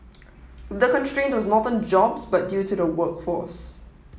the constraint was not on jobs but due to the workforce